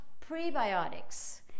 prebiotics